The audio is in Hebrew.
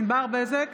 ענבר בזק,